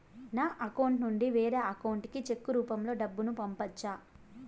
నా అకౌంట్ నుండి వేరే అకౌంట్ కి చెక్కు రూపం లో డబ్బును పంపొచ్చా?